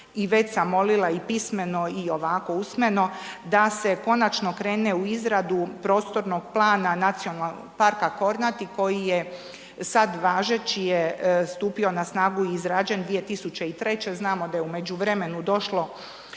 i već sam molila i pismeno i ovako usmeno, da se konačno krene u izradu prostornog plana Nacionalnog parka Kornati, koji je sad važeći je stupio na snagu i izrađen 2003., znamo da je u međuvremenu došlo